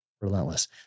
relentless